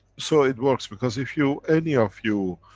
so it works because if you, any of you,